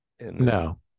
No